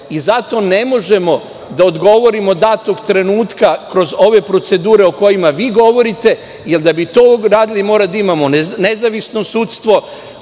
i zato ne možemo da odgovorimo datog trenutka kroz ove procedure o kojima vi govorite, jer da bi to uradili, moramo da imamo nezavisno sudstvo,